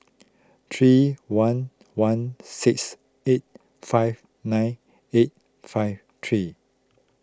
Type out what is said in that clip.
three one one six eight five nine eight five three